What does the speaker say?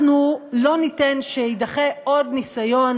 אנחנו לא ניתן שיידחה עוד ניסיון